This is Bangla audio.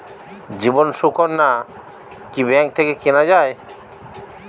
জীবন সুকন্যা কি ব্যাংক থেকে কেনা যায়?